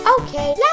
Okay